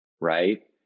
right